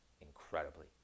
incredibly